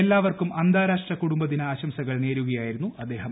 എല്ലാവർക്കും അന്താരാഷ്ട്ര കുടുംബദിന ആശംസകൾ നേരുകയായിയിരുന്നു അദ്ദേഹം